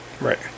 Right